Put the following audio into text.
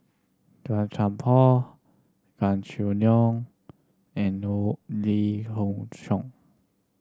Tan Qian Por Gan Choo Neo and Lee Khoon Choy